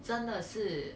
真的是